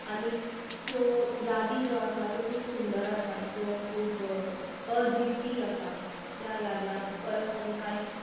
आनी त्यो यादी ज्यो आसा त्यो खूब सुंदर आसा त्यो खूब अद्वित्तीय आसा त्या यादीं परस आनी कांयच